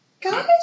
Guys